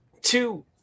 two